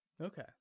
Okay